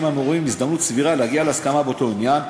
המעורבים הזדמנות סבירה להגיע להסכמה באותו עניין,